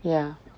ya